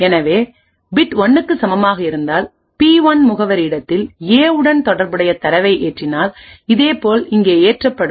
எனவே பிட் 1 க்கு சமமாக இருந்தால் பி 1 முகவரி இடத்தில் A உடன் தொடர்புடைய தரவை ஏற்றினால் இதேபோல் இங்கே ஏற்றப்படும்